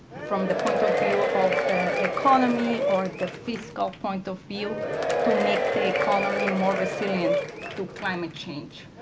from the point of view of the economy or the fiscal point of view to make the economy more resilient to climate change.